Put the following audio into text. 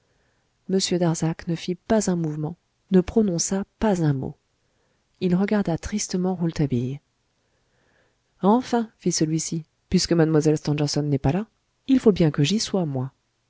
darzac ne fit pas un mouvement ne prononça pas un mot il regarda tristement rouletabille enfin fit celui-ci puisque mlle stangerson n'est pas là il faut bien que j'y sois moi